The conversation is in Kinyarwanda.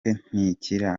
ntilikina